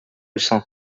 cents